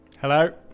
Hello